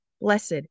Blessed